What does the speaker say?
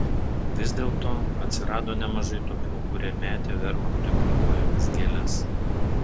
vis dėlto atsirado nemažai tokių kurie metė vermachtui po kojomis gėles